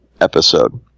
episode